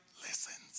listens